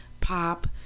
pop